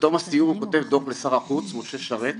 בתום הסיור הוא כותב דוח לשר החוץ, משה שרת,